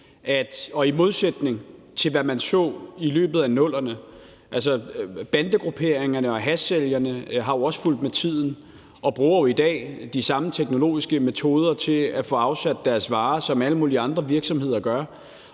– i modsætning til hvad man så i løbet af 00'erne – at bandegrupperingerne og hashsælgerne også er fulgt med tiden og i dag bruger de samme teknologiske metoder til at få afsat deres varer, som alle mulige andre virksomheder gør.